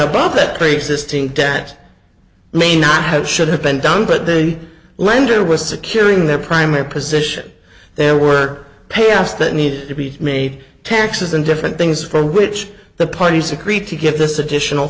above that preexisting debt may not have should have been done but the lender was securing their primary position there were payoffs that need to be made taxes and different things for which the parties agreed to get this additional